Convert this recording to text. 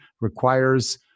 requires